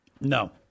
No